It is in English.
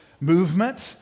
movement